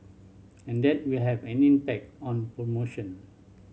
and that will have an impact on promotion